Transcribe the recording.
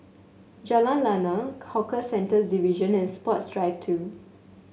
Jalan Lana Hawker Centres Division and Sports Drive Two